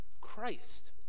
Christ